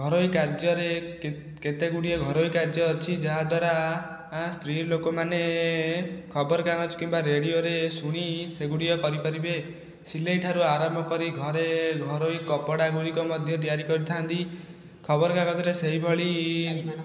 ଘରୋଇ କାର୍ଯ୍ୟରେ କେତେ ଗୁଡ଼ିଏ ଘରୋଇ କାର୍ଯ୍ୟ ଅଛି ଯାହାଦ୍ୱାରା ସ୍ତ୍ରୀଲୋକମାନେ ଖବର କାଗଜ କିମ୍ବା ରେଡ଼ିଓରେ ଶୁଣି ସେଗୁଡ଼ିକ କରିପାରିବେ ସିଲେଇ ଠାରୁ ଆରମ୍ଭ କରି ଘରେ ଘରୋଇ କପଡ଼ା ଗୁଡ଼ିକ ମଧ୍ୟ ତିଆରି କରିଥାନ୍ତି ଖବର କାଗଜରେ ସେହିଭଳି